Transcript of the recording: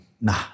nah